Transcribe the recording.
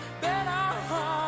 better